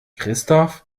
christoph